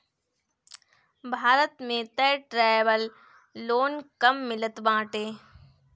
भारत में तअ traveller loan कम मिलत बाटे